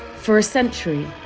for a century,